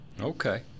Okay